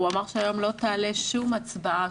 הוא אמר שהיום לא תעלה שום הצבעה,